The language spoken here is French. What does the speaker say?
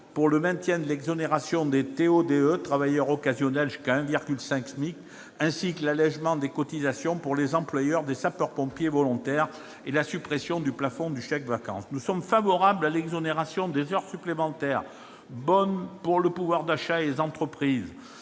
pour le maintien de l'exonération des travailleurs occasionnels et demandeurs d'emploi, les TO-DE, jusqu'à 1,25 SMIC, ainsi que l'allégement de cotisations pour les employeurs de sapeurs-pompiers volontaires et la suppression du plafond des chèques-vacances. Nous sommes favorables à l'exonération des heures supplémentaires- c'est une bonne mesure pour le pouvoir d'achat et les entreprises